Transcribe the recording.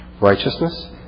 Righteousness